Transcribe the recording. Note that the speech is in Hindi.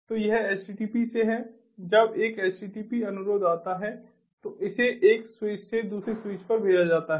तो यह http से है जब एक http अनुरोध आता है तो इसे एक स्विच से दूसरे स्विच पर भेजा जाता है